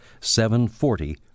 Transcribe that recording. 740